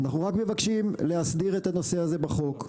אנחנו רק מבקשים להסדיר את הנושא הזה בחוק.